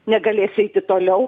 negalės eiti toliau